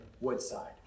Woodside